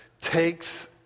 takes